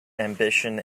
ambition